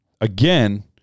again